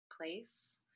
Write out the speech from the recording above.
place